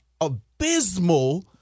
abysmal